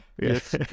yes